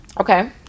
Okay